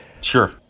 Sure